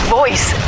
voice